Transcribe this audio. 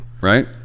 right